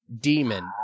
demon